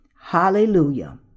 Hallelujah